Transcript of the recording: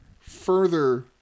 Further